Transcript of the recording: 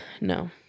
no